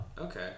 Okay